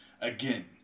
Again